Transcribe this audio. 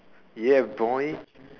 ya boy